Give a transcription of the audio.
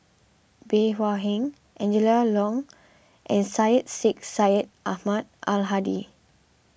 Bey Hua Heng Angela Liong and Syed Sheikh Syed Ahmad Al Hadi